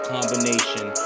Combination